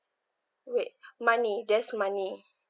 wait money there's money